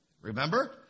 Remember